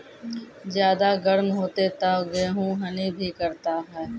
ज्यादा गर्म होते ता गेहूँ हनी भी करता है?